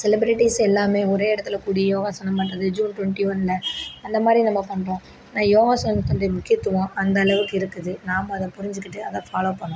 celebrities எல்லாமே ஒரே இடத்துல கூடி யோகாசனம் பண்ணுறது ஜூன் டொண்ட்டி ஒன்னில் அந்தமாதிரி நம்ம பண்ணுறோம் இந்த யோகாசனத்தினுடைய முக்கியத்துவம் அந்தளவுக்கு இருக்குது நாம் அதை புரிஞ்சுக்கிட்டு அதை ஃபாலோ பண்ணணும்